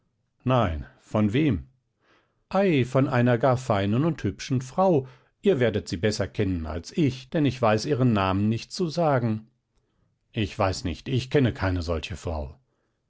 nein von wem ei von einer gar feinen und hübschen frau ihr werdet sie besser kennen als ich denn ich weiß ihren namen nicht zu sagen ich weiß nicht ich kenne keine solche frau